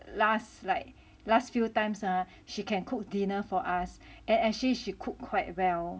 last like last few times ah she can cook dinner for us ac~ actually she she cook quite well